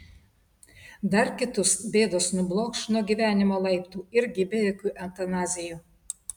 dar kitus bėdos nublokš nuo gyvenimo laiptų irgi be jokių eutanazijų